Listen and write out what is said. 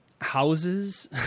houses